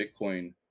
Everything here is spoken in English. Bitcoin